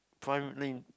primary